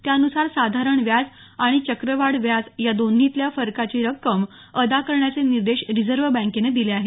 त्यानुसार साधारण व्याज आणि चक्रवाढ व्याज या दोन्हीतल्या फरकाची रक्कम अदा करण्याचे निर्देश रिजव्ह बँकेने दिले आहेत